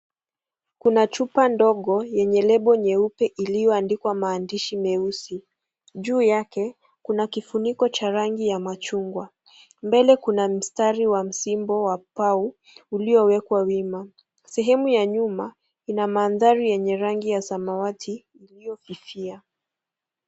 Kuna chupa ndogo yenye lebo nyeupe iliyoandikwa maandishi meusi. Juu yake, kuna kifuniko cha rangi ya machungwa. Mbele kuna mstari wa msimbo wa Pau uliowekwa wima. Sehemu ya nyuma, kuna maandhari yenye rangi ya samawati iliyofifia.